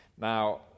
Now